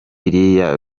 biriya